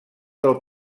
del